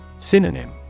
Synonym